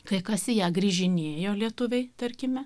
kai kas į ją grįžinėjo lietuviai tarkime